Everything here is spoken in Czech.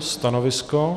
Stanovisko?